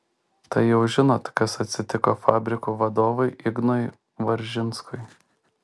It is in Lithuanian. tai jau žinot kas atsitiko fabrikų vadovui ignui varžinskui